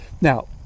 now